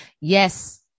Yes